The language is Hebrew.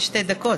בשתי דקות,